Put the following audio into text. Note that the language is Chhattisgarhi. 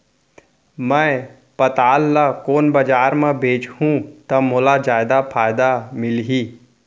मैं पताल ल कोन बजार म बेचहुँ त मोला जादा फायदा मिलही?